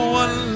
one